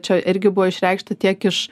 čia irgi buvo išreikšta tiek iš